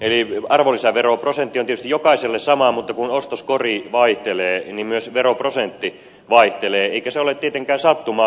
eli arvonlisäveroprosentti on tietysti jokaiselle sama mutta kun ostoskori vaihtelee niin myös veroprosentti vaihtelee eikä se ole tietenkään sattumaa